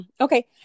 Okay